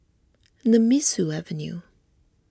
Nemesu Avenue